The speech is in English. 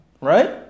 Right